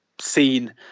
seen